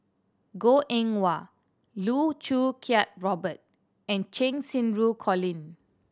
Goh Eng Wah Loh Choo Kiat Robert and Cheng Xinru Colin